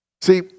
See